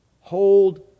Hold